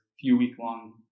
few-week-long